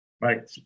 Mike